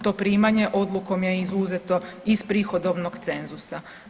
To primanje odlukom je izuzeto iz prihodovnog cenzusa.